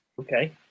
Okay